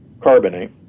carbonate